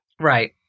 right